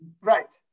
Right